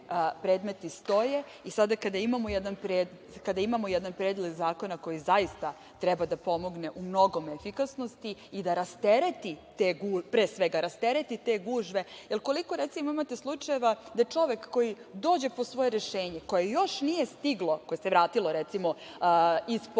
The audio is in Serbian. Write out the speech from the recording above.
i sada kada imamo jedan predlog zakona koji zaista treba da pomogne u mnogome efikasnosti i da pre svega rastereti te gužve. Koliko, recimo, imate slučajeva da čovek koji dođe po svoje rešenje, koje još nije stiglo, koje se vratilo, recimo, iz pošte